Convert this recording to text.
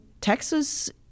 Texas